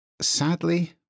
Sadly